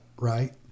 right